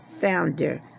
founder